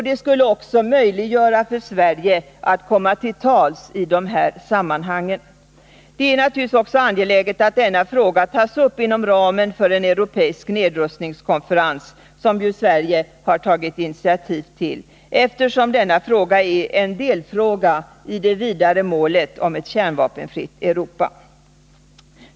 Det skulle också möjliggöra för Sverige att komma till tals i de här sammanhangen. Det är också angeläget att denna fråga tas upp inom ramen för en europeisk nedrustningskonferens, eftersom den är en delfråga i det vidare målet om ett kärnvapenfritt Europa.